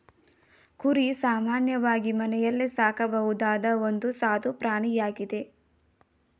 ಕುರಿ ಸಾಮಾನ್ಯವಾಗಿ ಮನೆಯಲ್ಲೇ ಸಾಕಬಹುದಾದ ಒಂದು ಸಾದು ಪ್ರಾಣಿಯಾಗಿದೆ